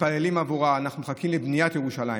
מתפללים עבורה, אנחנו מחכים לבניית ירושלים.